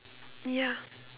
ya